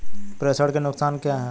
प्रेषण के नुकसान क्या हैं?